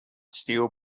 steel